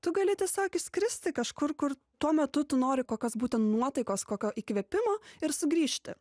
tu gali tiesiog išskristi kažkur kur tuo metu tu nori kokios būtent nuotaikos kokio įkvėpimo ir sugrįžti